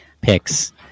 picks